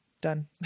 Done